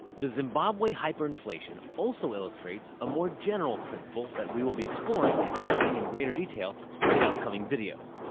the zimbabwe hyperinflation also illustrates a more general principle that we will be exploring and testing in greater detail in upcoming videos.